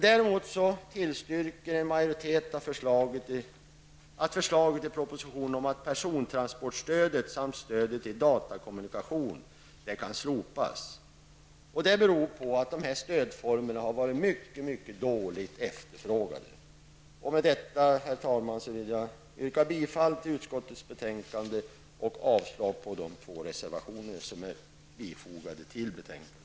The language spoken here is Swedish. Däremot tillstyrker utskottsmajoriteten förslaget i propositionen att persontransportstödet och stödet till datakommunikation skall slopas. Det beror på att dessa stödformer har varit mycket dåligt efterfrågade. Med detta, herr talman, yrkar jag bifall till utskottets hemställan och avslag på de två reservationer som har fogats till betänkandet.